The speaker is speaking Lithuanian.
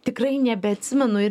tikrai nebeatsimenu irr